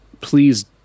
please